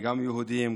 גם ליהודים,